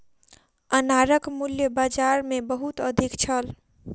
अनारक मूल्य बाजार मे बहुत अधिक छल